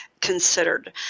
considered